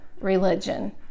religion